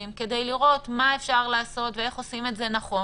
כדי לראות מה אפשר לעשות ואיך עושים את זה נכון